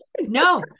No